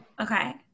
Okay